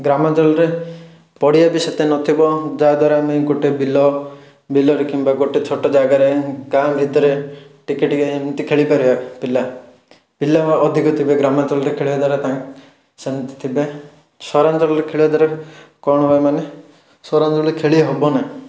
ଗ୍ରାମାଞ୍ଚଳରେ ପଡ଼ିଆ ବି ସେତେ ନଥିବ ଯାହାଦ୍ଵାରା ଆମେ ଗୋଟେ ବିଲ ବିଲରେ କିମ୍ବା ଗୋଟେ ଛୋଟ ଜାଗାରେ ଗାଁ ଭିତରେ ଟିକିଏ ଟିକିଏ ଏମିତି ଖେଳିପାରିବା ପିଲା ପିଲା ଅଧିକ ଥିବେ ଗ୍ରାମାଞ୍ଚଳରେ ଖେଳିବାଦ୍ଵାରା ତାଙ୍କ ସେମିତି ଥିବେ ସହରାଞ୍ଚଳରେ ଖେଳିବାଦ୍ଵାରା କ'ଣ ହୁଏ ମାନେ ସହରାଞ୍ଚଳରେ ଖେଳି ହେବନାହିଁ